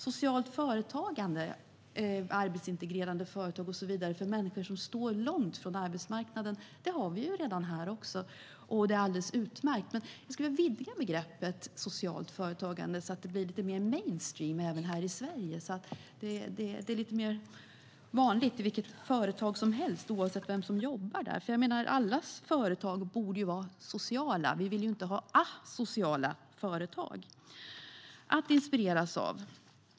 Socialt företagande, arbetsintegrerande företag och liknande för människor som står långt från arbetsmarknaden har vi redan, och det är alldeles utmärkt, men jag skulle vilja vidga begreppet "socialt företagande" så att det blir lite mer mainstream här i Sverige, alltså att det blir vanligt i vilket företag som helst, oavsett vem som jobbar där. Alla företag borde ju vara sociala. Vi vill inte ha asociala företag att inspireras av.